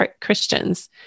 Christians